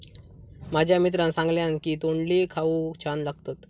माझ्या मित्रान सांगल्यान की तोंडली खाऊक छान लागतत